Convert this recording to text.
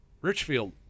Richfield